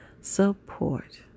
support